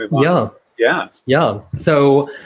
yeah, yeah, yeah so,